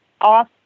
off